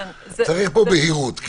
צריך פה בהירות,